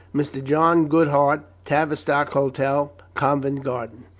mr. john goodhart, tavistock hotel, covent garden.